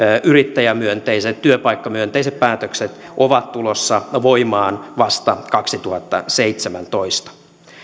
yrittäjämyönteiset työpaikkamyönteiset päätökset ovat tulossa voimaan vasta kaksituhattaseitsemäntoista